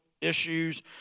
issues